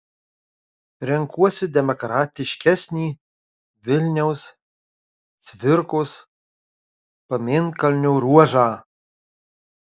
renkuosi demokratiškesnį vilniaus cvirkos pamėnkalnio ruožą